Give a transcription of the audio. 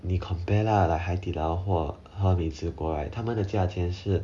你 compare lah like 海底捞或美滋锅他们的价钱是